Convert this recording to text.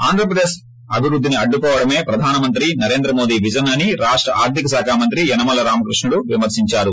ఆంధ్రప్రదేశ్ అభివృద్దిని అడ్దుకోవడమే ప్రధానమంత్రి నరేంద్రమోదీ విజన్ అని రాష్ట ఆర్షిక శాఖ మంత్రి యనమలే రామకృష్ణుడు విమర్పించారు